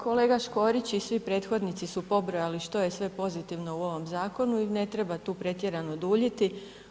Kolega Škorić i svi prethodnici su pobrojali što je sve pozitivno u ovome zakonu i ne treba tu pretjerano duljiti.